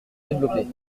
développer